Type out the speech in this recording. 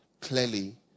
clearly